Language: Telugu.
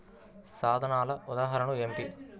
సాధనాల ఉదాహరణలు ఏమిటీ?